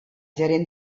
gerent